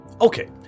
okay